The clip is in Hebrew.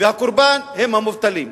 והקורבן הם המובטלים.